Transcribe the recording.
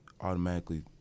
automatically